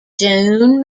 joan